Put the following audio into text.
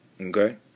Okay